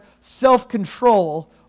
self-control